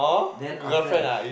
then after that